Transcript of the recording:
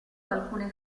alcune